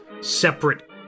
separate